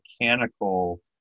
mechanical